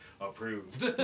approved